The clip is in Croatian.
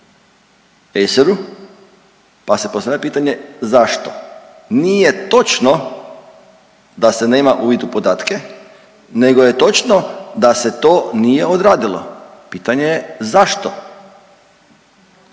pa se postavlja pitanje zašto. Nije točno da se nema uvid u podatke nego je točno da se to nije odradilo, pitanje je zašto.